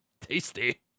Tasty